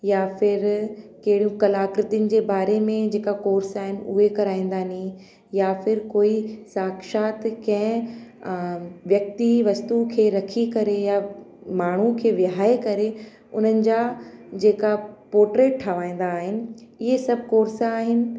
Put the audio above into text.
या फिर कहिड़ो कलाकृतियुनि जे बारे में जेका कोर्स आहिनि उहे कराईंदासीं या फिर कोई साक्षात कंहिं व्यक्ति वस्तु खे रखी करे या माण्हू खे विहारे करे उन्हनि जा जेका पोर्टेट ठाहिराईंदा आहिनि इहे सभु कोर्स आहिनि